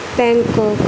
Bangkok